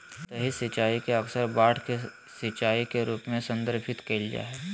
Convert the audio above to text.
सतही सिंचाई के अक्सर बाढ़ सिंचाई के रूप में संदर्भित कइल जा हइ